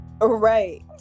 Right